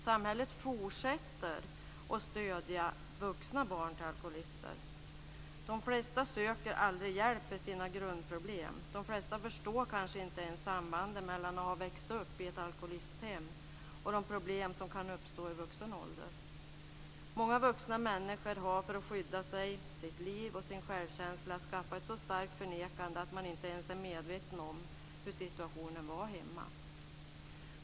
Samhället fortsätter att stödja vuxna barn till alkoholister. De flesta söker aldrig hjälp för sina grundproblem. De flesta förstår kanske inte ens sambandet mellan att ha vuxit upp i ett alkoholisthem och de problem som kan uppstå i vuxen ålder. Många vuxna människor har för att skydda sig, sitt liv och sin självkänsla, skaffat sig ett så starkt förnekande att man inte ens är medveten om hur situationen var hemma.